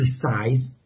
precise